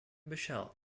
michele